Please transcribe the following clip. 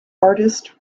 artist